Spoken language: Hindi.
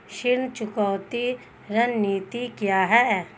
ऋण चुकौती रणनीति क्या है?